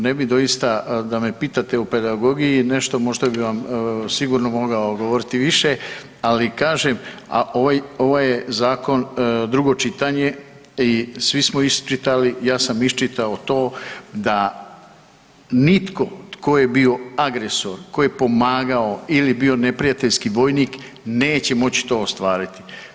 Ne bi doista da me pitate o pedagogiji nešto možda bi vam sigurno mogao govoriti više, ali kažem a ovaj je zakon drugo čitanje i svi smo iščitali, ja sam iščitao to da nitko tko je bio agresor, tko je pomagao ili bio neprijateljski vojnik neće moći to ostvariti.